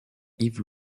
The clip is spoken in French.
yves